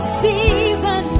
season